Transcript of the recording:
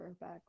back